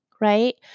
right